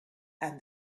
and